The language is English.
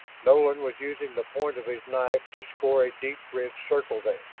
nolan was using the point of his knife to score a deep-ridged circle there.